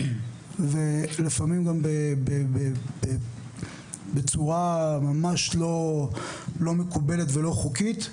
ולפעמים גם בצורה ממש לא מקובלת ולא חוקית,